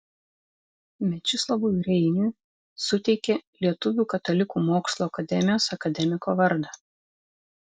mečislovui reiniui suteikė lietuvių katalikų mokslo akademijos akademiko vardą